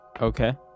Okay